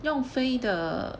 用飞的